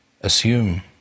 assume